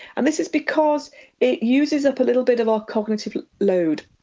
and this is because it uses up a little bit of our cognitive load.